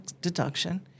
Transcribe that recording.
deduction